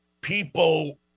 people